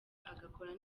agakora